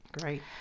great